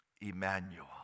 Emmanuel